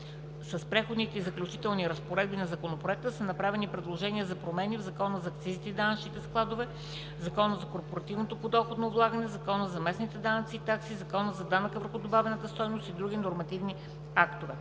с преходните и заключителните разпоредби на Законопроекта са направени предложения за промени в Закона за акцизите и данъчните складове, Закона за корпоративното подоходно облагане, Закона за местните данъци и такси, Закона за данък върху добавената стойност и в други нормативни актове.